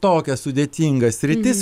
tokia sudėtinga sritis